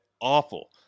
awful